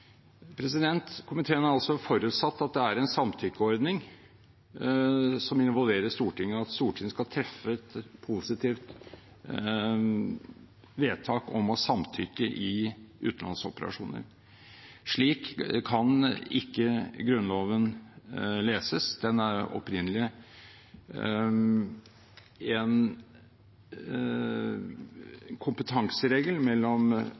Komiteen har altså forutsatt at det er en samtykkeordning som involverer Stortinget, og at Stortinget skal treffe et positivt vedtak om å samtykke i utenlandsoperasjoner. Slik kan ikke Grunnloven leses. Den er opprinnelig en kompetanseregel mellom